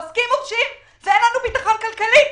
עוסקים מורשים ואין לנו ביטחון כלכלי.